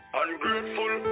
ungrateful